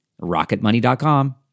rocketmoney.com